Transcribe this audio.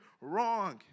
wrong